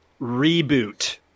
Reboot